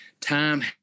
time